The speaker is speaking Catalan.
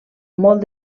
molt